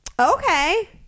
Okay